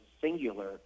singular